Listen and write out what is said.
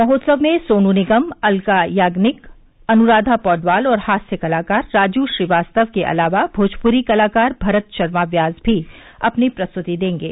महोत्सव में सोनू निगम अल्का याम्निक अनुराधा पौडवाल और हास्य कलाकार राजू श्रीवास्तव के अलावा भोजप्री कलाकार भरत शर्मा व्यास भी अपनी प्रस्तृति देंगे